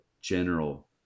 general